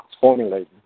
formulating